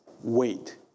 wait